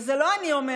ואת זה לא אני אומרת,